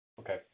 Okay